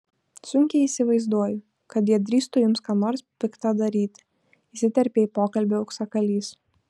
sunkiai įsivaizduoju kad jie drįstų jums ką nors pikta daryti įsiterpė į pokalbį auksakalys